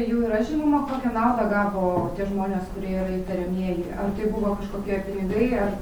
jau yra žinoma kokią naudą gavo tie žmonės kurie yra įtariamieji ar tai buvo kažkokie pinigai ar